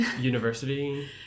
university